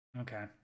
Okay